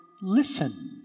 listen